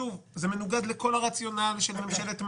אבל זה מנוגד לכל הרציונל של ממשלת מעבר.